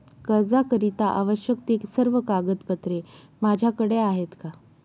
कर्जाकरीता आवश्यक ति सर्व कागदपत्रे माझ्याकडे आहेत का?